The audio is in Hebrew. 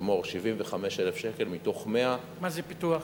לאמור, 75,000 שקל מתוך 100,000. מה זה פיתוח?